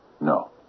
No